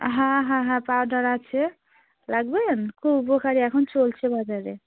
হ্যাঁ হ্যাঁ হ্যাঁ পাউডার আছে রাখবেন খুব উপকারী এখন চলছে বাজারে